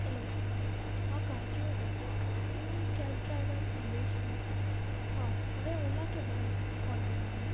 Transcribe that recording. hello हांव गार्गी उलयतां तुमी कॅब ड्रायवर संदेश न्ही हय हांवें ओला कॅबान कॉल केला न्ही